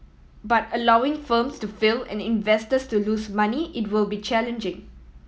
but allowing firms to fail and investors to lose money it will be challenging